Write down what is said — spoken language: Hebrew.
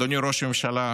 אדוני ראש הממשלה,